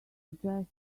suggest